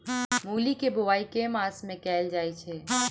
मूली केँ बोआई केँ मास मे कैल जाएँ छैय?